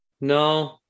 No